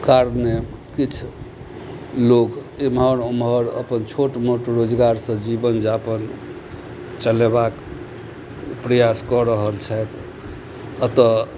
car किछु लोग एम्हर ओम्हर अपन छोट मोट रोजगारसँ जीवन यापन चलेबाक प्रयास कऽ रहल छथि एतऽ